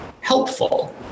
helpful